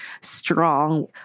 strong